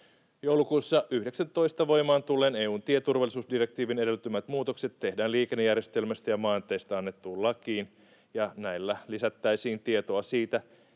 Joulukuussa 19 voimaan tulleen EU:n tieturvallisuusdirektiivin edellyttämät muutokset tehdään liikennejärjestelmästä ja maanteistä annettuun lakiin, ja näillä lisättäisiin tietoa siitä,